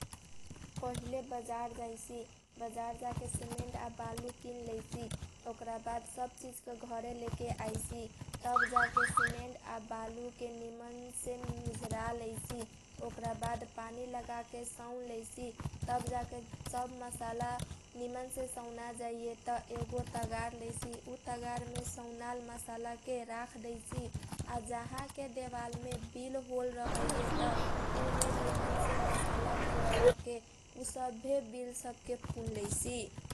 पहिले बजार जाके सिमेन्ट आ बालु किनैसी ओकरा बाद सब चिजके घरे लेके आइसी तब जाके सिमेन्ट आ बालुके मिझरा लैसी ओकरा बाद पानी लगाके सौन लैसी तब जाके सब मसाला निमनसे सौना जाइए त एगो तगार लैसी उ तगारमे सौनाल मसालाके राख दैसी आ जहाँ के देबालमे बिल होल रहैए त उमे निमनसे मसालाके लगाके उ सबे बिलसबके पुन जैसी ।